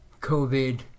COVID